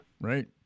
right